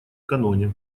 каноне